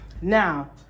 Now